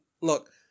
look